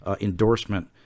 endorsement